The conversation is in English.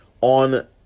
on